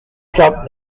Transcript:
cup